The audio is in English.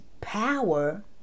power